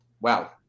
Wow